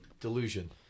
Delusion